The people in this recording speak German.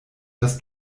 dass